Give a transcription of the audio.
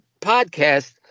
podcast